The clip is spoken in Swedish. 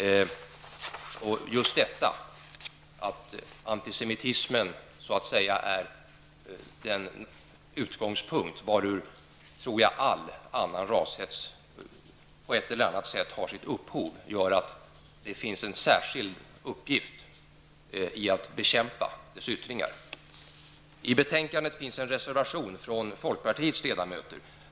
Just att antisemitism är den typ var ur all annan rashets på ett eller annat sätt utgår gör att det finns en särskild uppgift i att bekämpa dessa yttringar. I betänkandet finns en reservation från folkpartiets ledamöter.